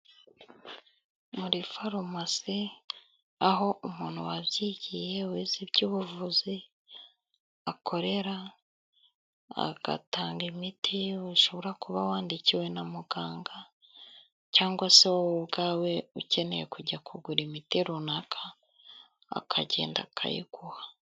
Muri farumasi aho umuntu wabyigiye wize iby'ubuvuzi akorera, agatanga imiti ushobora kuba wandikiwe na muganga, cyangwa se wowe ubwawe ukeneye kujya kugura imiti runaka, ukagenda akayiguha.